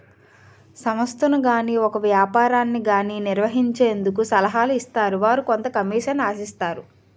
సంస్థను గాని ఒక వ్యాపారాన్ని గాని నిర్వహించేందుకు సలహాలు ఇస్తారు వారు కొంత కమిషన్ ఆశిస్తారు